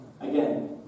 Again